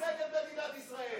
אתם פועלים נגד מדינת ישראל.